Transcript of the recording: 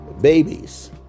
babies